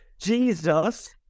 Jesus